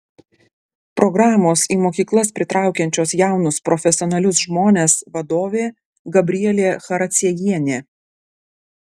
programos į mokyklas pritraukiančios jaunus profesionalius žmones vadovė gabrielė characiejienė